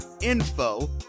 info